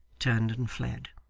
turned and fled.